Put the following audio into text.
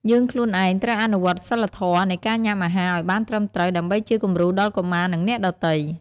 យើងខ្លួនឯងត្រូវអនុវត្តសីលធម៌នៃការញ៉ាំអាហារឲ្យបានត្រឹមត្រូវ ដើម្បីជាគំរូដល់កុមារ និងអ្នកដទៃ។